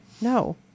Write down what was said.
no